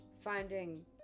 finding